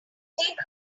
take